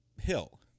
hill